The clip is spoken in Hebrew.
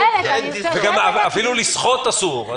אפילו לשחות אסור.